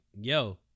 yo